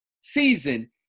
season